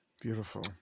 Beautiful